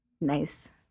nice